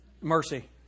Mercy